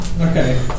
Okay